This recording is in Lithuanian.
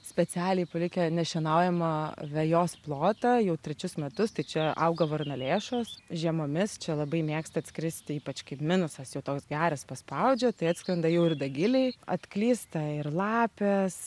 specialiai palikę nešienaujamą vejos plotą jau trečius metus tai čia auga varnalėšos žiemomis čia labai mėgsta atskristi ypač kai minusas jau toks geras paspaudžia tai atskrenda jau ir dagiliai atklysta ir lapės